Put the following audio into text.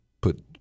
put